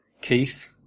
Keith